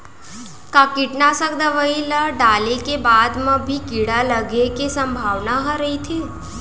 का कीटनाशक दवई ल डाले के बाद म भी कीड़ा लगे के संभावना ह रइथे?